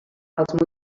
els